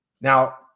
Now